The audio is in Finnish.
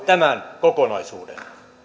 tämän kokonaisuuden